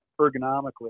ergonomically